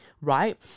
right